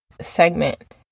segment